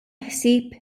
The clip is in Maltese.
ħsieb